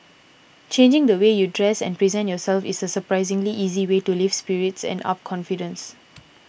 changing the way you dress and present yourself is a surprisingly easy way to lift spirits and up confidence